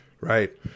Right